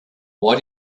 why